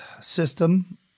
system